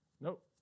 Nope